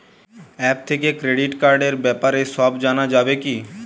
App থেকে credit কার্ডর ব্যাপারে সব জানা যাবে কি?